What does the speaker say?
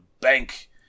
bank